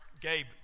Gabe